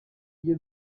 iyo